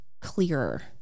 clearer